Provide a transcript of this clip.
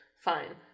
fine